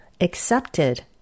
accepted